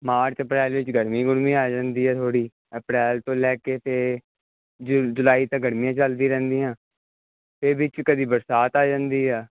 March April ਵਿੱਚ ਗਰਮੀ ਗੁਰਮੀ ਆ ਜਾਂਦੀ ਹੈ ਥੋੜ੍ਹੀ ਅਪ੍ਰੈਲ ਤੋਂ ਲੈ ਕੇ ਤੇ ਜੁ ਜੁਲਾਈ ਤੱਕ ਗਰਮੀਆਂ ਚੱਲਦੀ ਰਹਿੰਦੀਆਂ ਫਿਰ ਵਿੱਚ ਕਦੇ ਬਰਸਾਤ ਆ ਜਾਂਦੀ ਆ